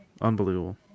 unbelievable